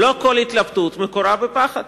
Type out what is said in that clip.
לא כל התלבטות מקורה בפחד,